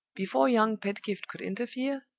before young pedgift could interfere,